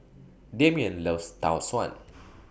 Dameon loves Tau Suan